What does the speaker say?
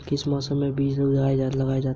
किस मौसम में बीज लगाए जाते हैं?